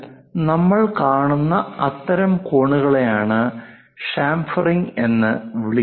അതിനാൽ നമ്മൾ കാണുന്ന അത്തരം കോണുകളെയാണ് ചാംഫെറിംഗ് എന്ന് വിളിക്കുന്നത്